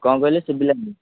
କ'ଣ କହିଲେ ଶୁଭିଲାନି